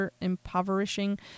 impoverishing